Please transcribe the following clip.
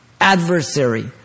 Adversary